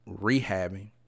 rehabbing